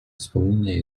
wspomnienie